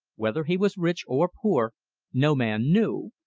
whether he was rich or poor no man knew,